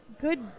good